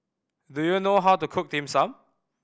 do you know how to cook Dim Sum